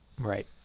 Right